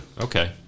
Okay